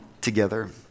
together